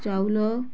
ଚାଉଳ